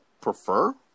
prefer